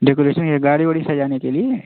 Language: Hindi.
डेकोरेशन ये गाड़ी उड़ी सजाने के लिए